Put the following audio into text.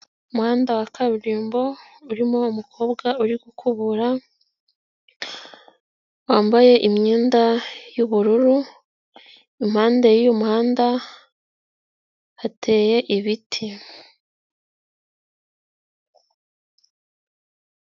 Umuhanda wa kaburimbo urimo umukobwa uri gukubura, wambaye imyenda y'ubururu, impande y'umuhanda, hateye ibiti.